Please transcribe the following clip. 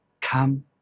Come